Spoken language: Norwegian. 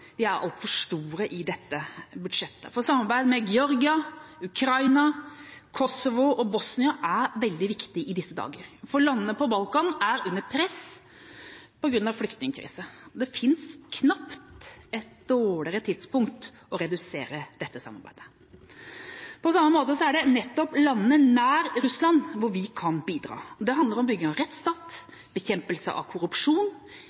Eurasia, er altfor store i dette budsjettet. Samarbeid med Georgia, Ukraina, Kosovo og Bosnia-Hercegovina er veldig viktig i disse dager. Landene på Balkan er under press på grunn av flyktningkrise. Det finnes knapt et dårligere tidspunkt å redusere dette samarbeidet på. På samme måte er det nettopp i landene nær Russland vi kan bidra. Det handler om bygging av rettsstat og om bekjempelse av korrupsjon